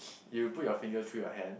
if you put your finger through your hand